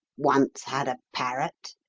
once had a parrot